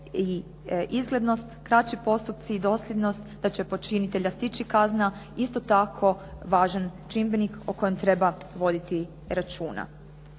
je izglednost i kraći postupci i dosljednost da će počinitelja stići kazna isto tako važan čimbenik o kojem treba voditi računa.